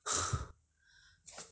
then chicken